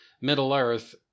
Middle-earth